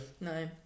No